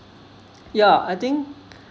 ya I think